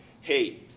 Hey